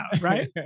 right